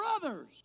brothers